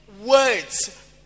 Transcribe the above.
words